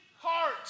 heart